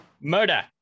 Murder